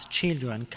children